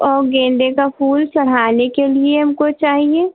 औ गेंदे का फूल चढ़ाने के लिए हमको चाहिए